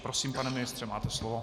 Prosím, pane ministře, máte slovo.